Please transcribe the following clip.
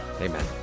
Amen